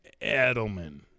Edelman